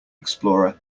explorer